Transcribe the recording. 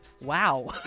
Wow